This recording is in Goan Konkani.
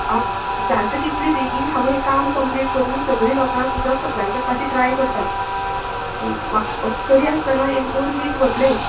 जाता तितले बेगीन हांव हे काम कंम्लीट करून सगळे लोकांक उदक सप्लाय करपाचें ट्राय करता तरी आसतना दोन दिस वतलेच